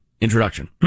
introduction